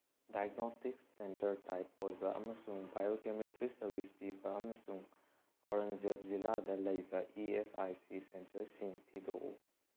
diagnostics centre type ꯑꯣꯏꯕ ꯑꯃꯁꯨꯡ biochemistry service ꯄꯤꯕ ꯑꯃꯁꯨꯡ ꯑꯧꯔꯪꯖꯦꯕ ꯖꯤꯂꯥꯗ ꯂꯩꯕ ꯏ ꯑꯦꯁ ꯑꯥꯏ ꯁꯤ ꯁꯦꯟꯇꯔꯁꯤꯡ ꯊꯤꯗꯣꯛꯎ